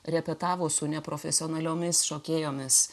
repetavo su neprofesionaliomis šokėjomis